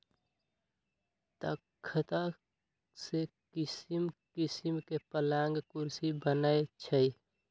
तकख्ता से किशिम किशीम के पलंग कुर्सी बनए छइ